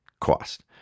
cost